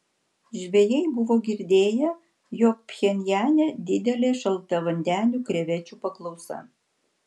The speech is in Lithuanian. žvejai buvo girdėję jog pchenjane didelė šaltavandenių krevečių paklausa